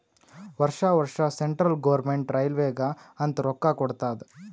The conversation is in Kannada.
ವರ್ಷಾ ವರ್ಷಾ ಸೆಂಟ್ರಲ್ ಗೌರ್ಮೆಂಟ್ ರೈಲ್ವೇಗ ಅಂತ್ ರೊಕ್ಕಾ ಕೊಡ್ತಾದ್